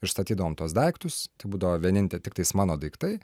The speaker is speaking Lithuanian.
išstatydavom tuos daiktus tai būdavo vieninte tiktais mano daiktai